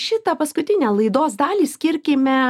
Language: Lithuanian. šitą paskutinę laidos dalį skirkime